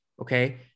Okay